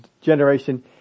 generation